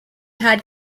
had